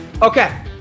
Okay